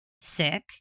sick